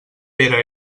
pere